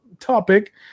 topic